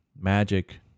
magic